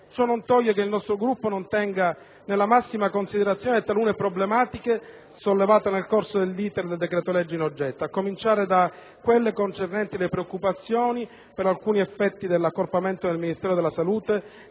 Ciò non toglie che il nostro Gruppo non tenga nella massima considerazione talune problematiche sollevate nel corso dell'*iter* del decreto-legge in oggetto, a cominciare da quelle concernenti le preoccupazioni per alcuni effetti dell'accorpamento del Ministero della salute